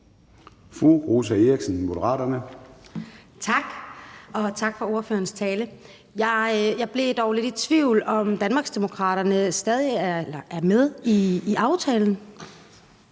Rosa Eriksen (M): Tak, og tak for ordførerens tale. Jeg blev dog lidt i tvivl om, om Danmarksdemokraterne er med i aftalen.